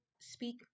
speak